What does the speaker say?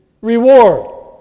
reward